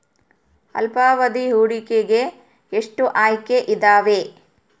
ಅಲ್ಪಾವಧಿ ಹೂಡಿಕೆಗೆ ಎಷ್ಟು ಆಯ್ಕೆ ಇದಾವೇ?